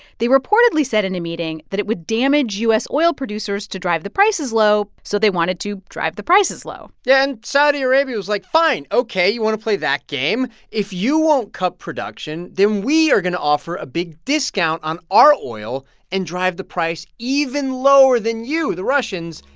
they reportedly said in a meeting that it would damage u s. oil producers to drive the prices low. so they wanted to drive the prices low yeah and saudi arabia was like, fine, ok. you want to play that game. if you won't cut production, then we are going to offer a big discount on our oil and drive the price even lower than you, the russians,